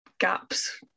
gaps